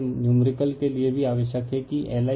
यह नुमेरिकल के लिए भी आवश्यक है कि LiN